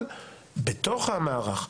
אבל בתוך המערך,